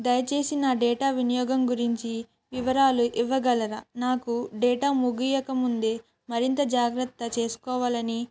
దయచేసి నా డేటా వినియోగం గురించి వివరాలు ఇవ్వగలరా నాకు డేటా ముగియొక ముందే మరింత జాగ్రత్త చేసుకోవాలని